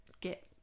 get